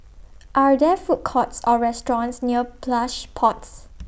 Are There Food Courts Or restaurants near Plush Pods